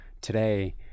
today